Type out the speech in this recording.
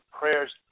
prayers